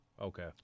Okay